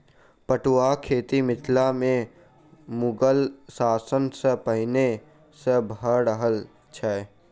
पटुआक खेती मिथिला मे मुगल शासन सॅ पहिले सॅ भ रहल छै